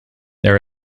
there